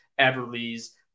Everly's